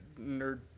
nerd